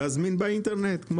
להזמין באינטרנט.